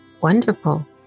Wonderful